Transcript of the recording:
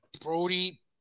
Brody